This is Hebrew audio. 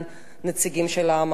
נציגים של העם הארמני,